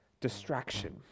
distraction